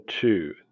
two